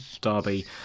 derby